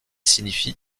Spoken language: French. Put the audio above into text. signifie